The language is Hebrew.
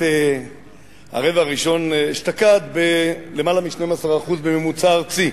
הרבע הראשון אשתקד בלמעלה מ-12% בממוצע ארצי.